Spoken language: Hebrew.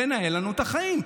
לנהל לנו את החיים,